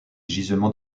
gisements